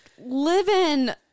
living